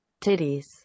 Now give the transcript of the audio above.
Titties